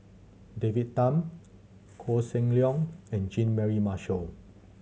David Tham Koh Seng Leong and Jean Mary Marshall